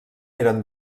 eren